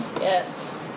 Yes